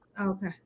Okay